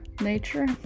nature